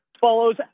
follows